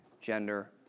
gender